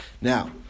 Now